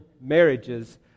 marriages